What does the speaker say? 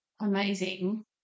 amazing